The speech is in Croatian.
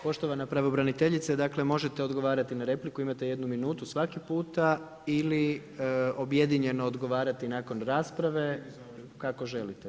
Poštovana pravobraniteljice, dakle možete odgovarati na repliku, imate jednu minutu svaki puta ili objedinjeno odgovarati nakon rasprave, kako želite.